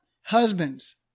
Husbands